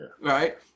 Right